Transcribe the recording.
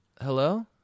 Hello